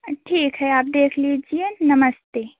ठीक है आप देख लीजिए नमस्ते